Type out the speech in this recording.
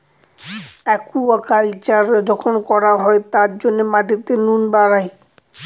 aquaculture যখন করা হয় তার জন্য মাটিতে নুন বাড়ায়